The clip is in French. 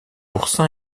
oursin